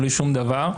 בלי שום דבר.